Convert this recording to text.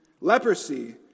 leprosy